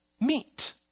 meet